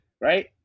right